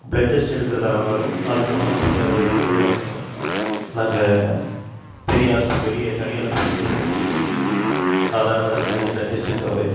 blood test எடுக்கிறதா இருந்தாலும் அது சம்மந்தப்பட்டது எதுவாக இருந்தாலும் நாங்கள் பெரிய ஆஸ்பத்திரி வெளியே தனியார் ஆஸ்பத்திரிக்கு தான் போக வேண்டியதாக இருக்குது சாதாரண சின்ன சின்ன டெஸ்ட்டுக்காகவே